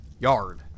yard